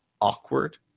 awkward